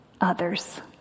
others